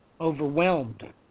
overwhelmed